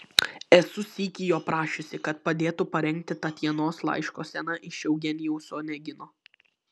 esu sykį jo prašiusi kad padėtų parengti tatjanos laiško sceną iš eugenijaus onegino